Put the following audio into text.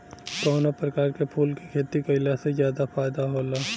कवना प्रकार के फूल के खेती कइला से ज्यादा फायदा होला?